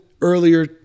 earlier